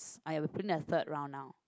I will print a third round now